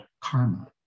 karma